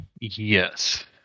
Yes